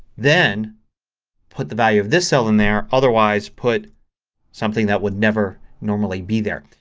then put the value of this cell in there otherwise put something that would never normally be there.